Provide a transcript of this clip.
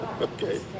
Okay